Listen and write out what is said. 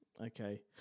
Okay